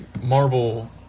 Marvel